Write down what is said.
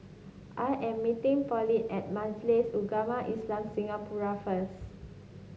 I am meeting Pauline at Majlis Ugama Islam Singapura first